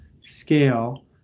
scale